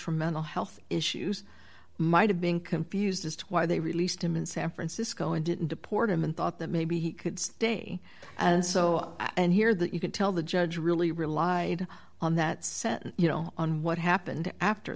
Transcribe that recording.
from mental health issues might have been confused as to why they released him in san francisco and didn't deport him and thought that maybe he could stay and so and hear that you could tell the judge really relied on that sentence you know on what happened after